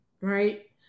right